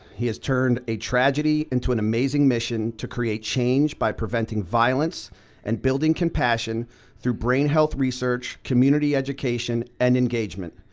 he has turned a tragedy into an amazing mission to create change by preventing violence and building compassion through brain health research community education and engagement.